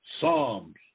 Psalms